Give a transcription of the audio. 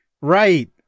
right